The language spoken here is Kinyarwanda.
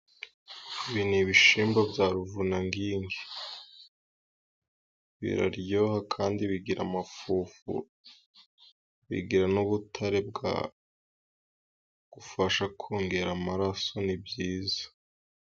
Ibi ni ibishyimbo bya ruvunangimbi, biraryoha kandi bigira amafufu, bigira n'ubutare bwagufasha kongera amaraso, ni byiza.